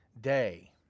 day